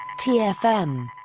TFM